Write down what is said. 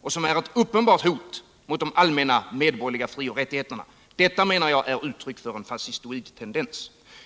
och som är ett uppenbart hot mot de allmänna medborgerliga frioch rättigheterna. Detta anser jag är uttryck för en fascistoid tendens.